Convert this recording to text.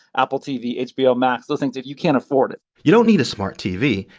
apple tv, hbo max those things if you can't afford it you don't need a smart tv.